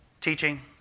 teaching